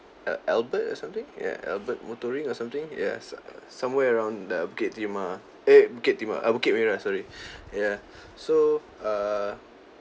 uh albert or something ya albert motoring or something yeah s~ somewhere around the bukit timah eh bukit timah uh bukit merah sorry ya so err